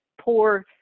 poor